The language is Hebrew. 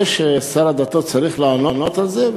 זה ששר הדתות צריך לענות על זה,